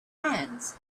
hands